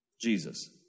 Jesus